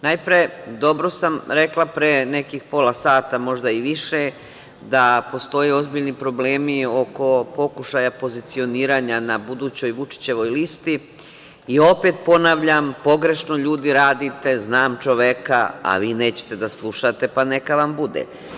Najpre, dobro sam rekla pre nekih posla sata, možda i više, da postoje ozbiljni problemi oko pokušaja pozicioniranja na budućoj Vučićevoj listi i, opet ponavljam, pogrešno ljudi radite, znam čoveka, a vi nećete da slušate, pa neka vam bude.